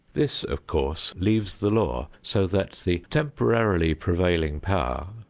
this, of course, leaves the law so that the temporarily prevailing power,